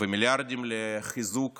ומיליארדים לחיזוק